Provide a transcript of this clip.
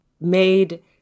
made